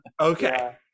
Okay